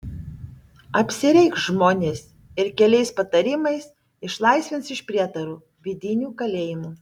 apsireikš žmonės ir keliais patarimais išlaisvins iš prietarų vidinių kalėjimų